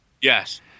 yes